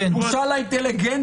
שזה בושה לאינטליגנציה,